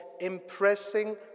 impressing